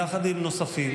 יחד עם נוספים,